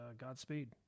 Godspeed